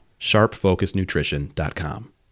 SharpFocusNutrition.com